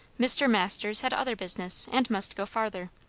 mr. masters had other business, and must go farther.